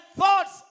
thoughts